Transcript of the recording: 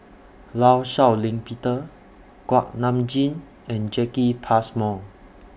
law Shau Ping Peter Kuak Nam Jin and Jacki Passmore